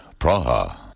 Praha